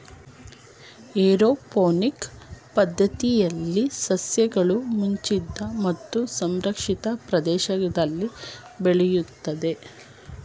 aeroponic ಪದ್ಧತಿಯಲ್ಲಿ ಸಸ್ಯಗಳು ಮುಚ್ಚಿದ ಮತ್ತು ಸಂರಕ್ಷಿತ ಪ್ರದೇಶದಲ್ಲಿ ಬೆಳೆಯುತ್ತದೆ